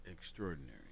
extraordinary